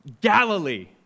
Galilee